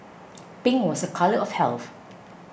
pink was a colour of health